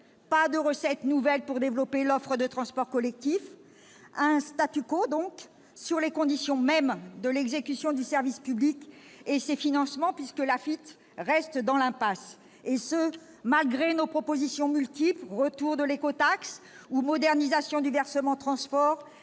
ni de recettes nouvelles pour développer l'offre de transports collectifs. Le est maintenu sur les conditions mêmes de l'exécution du service public et de ses financements, puisque l'Afitf reste dans l'impasse, et ce malgré nos multiples propositions, comme le retour de l'écotaxe ou la modernisation du versement transport,